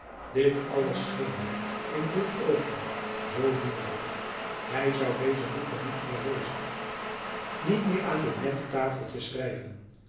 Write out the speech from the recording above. dit alles scheen hem in dit oogenblik zoo dierbaar hij zou deze boeken niet meer lezen niet meer aan dit nette tafeltje schrijven